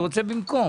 רוצה במקום.